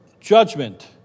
judgment